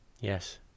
Yes